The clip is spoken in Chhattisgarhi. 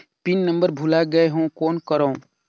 पिन नंबर भुला गयें हो कौन करव?